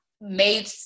made